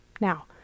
Now